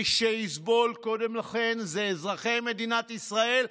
מי שיסבול קודם לכן אלה אזרחי מדינת ישראל,